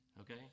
okay